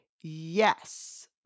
Yes